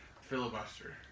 Filibuster